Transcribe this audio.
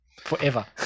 Forever